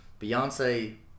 Beyonce